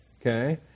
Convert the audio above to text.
okay